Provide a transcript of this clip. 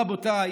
רבותיי,